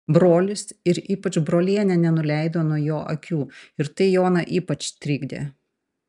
brolis ir ypač brolienė nenuleido nuo jo akių ir tai joną ypač trikdė